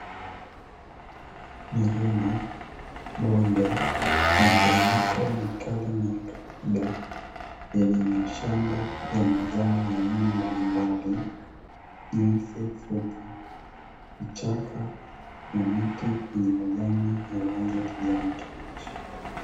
Milima, bonde, miteremko mikali na yakawaida yenye mashamba ya mazao mbalimbali, nyasi fupi, vichaka na miti yenye majani ya rangj ya kijani kibichi.